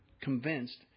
convinced